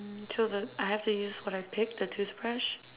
to the I have to use what I picked the toothbrush